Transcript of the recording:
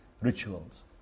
rituals